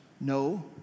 No